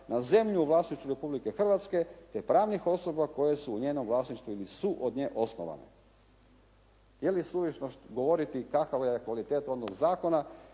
na zemlju u vlasništvu Republike Hrvatske, te pravnih osoba koje su u njenom vlasništvu ili su od nje osnovane. Jeli suvišno govoriti kakva je kvaliteta ovog zakona,